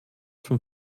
vom